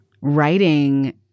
Writing